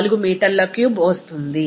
4 మీటర్ల క్యూబ్ వస్తోంది